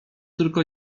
tylko